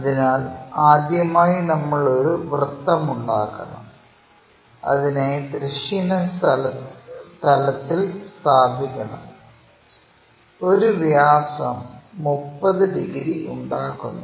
അതിനാൽ ആദ്യമായി നമ്മൾ ഒരു വൃത്തമുണ്ടാക്കണം അതിനെ തിരശ്ചീന തലത്തിൽ സ്ഥാപിക്കണം ഒരു വ്യാസം 30 ഡിഗ്രി ഉണ്ടാക്കുന്നു